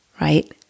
right